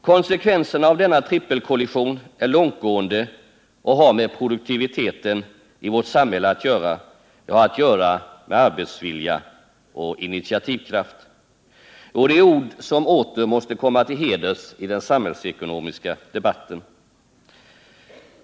Konsekvenserna av denna trippelkollision är långtgående och har med produktiviteten i vårt samhälle att göra — det har att göra med arbetsvilja och initiativkraft. Och det är ord som åter måste få komma till heders i den samhällsekonomiska debatten.